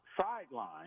sideline